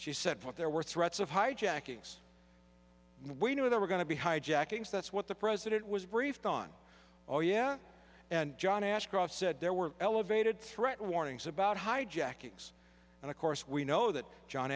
she said there were threats of hijackings we know there were going to be hijackings that's what the president was briefed on oh yeah and john ashcroft said there were elevated threat warnings about hijackings and of course we know that john